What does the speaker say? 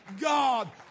God